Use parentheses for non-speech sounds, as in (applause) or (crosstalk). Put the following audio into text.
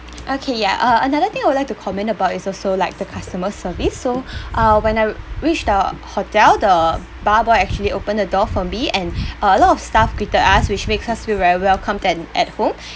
okay ya uh another thing I would like to comment about is also like the customer service so (breath) uh when I reached the hotel the bar boy actually opened the door for me and (breath) uh a lot of staff greeted us which makes us feel very welcomed and at home (breath)